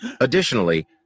Additionally